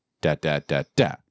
da-da-da-da